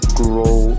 grow